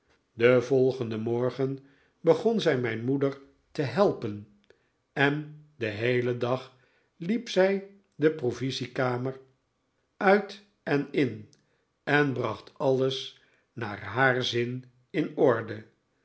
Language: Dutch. den volgenden morgen begon zij mijn moeder te helpen en den heelen dag liep zij de provisiekamer uit en in en bracht alles naar haar zin in orde